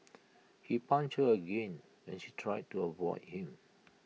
he punched her again when she tried to avoid him